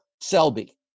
Selby